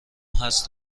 هست